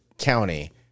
County